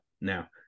now